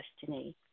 destiny